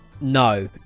no